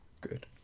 good